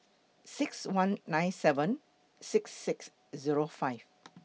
six one nine seven six six Zero five